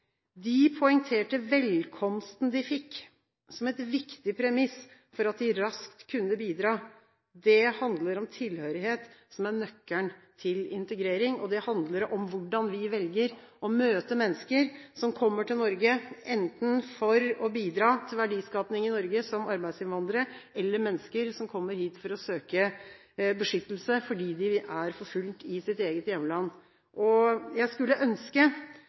De poengterte velkomsten de fikk som et viktig premiss for raskt å kunne bidra. Det handler om tilhørighet – nøkkelen til integrering – det handler om hvordan vi velger å møte mennesker som kommer til Norge, enten de kommer for å bidra til verdiskaping i Norge som arbeidsinnvandrere, eller de er mennesker som kommer hit for å søke beskyttelse fordi de er forfulgt i sitt hjemland. Jeg skulle ønske